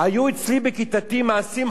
מעשים חמורים ביותר,